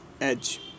edge